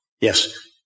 Yes